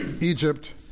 Egypt